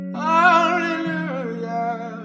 Hallelujah